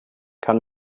kann